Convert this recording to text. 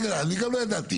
רגע אני גם לא ידעתי,